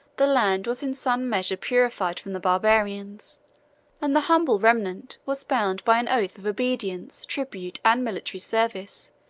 the land was in some measure purified from the barbarians and the humble remnant was bound by an oath of obedience, tribute, and military service,